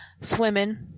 swimming